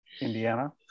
Indiana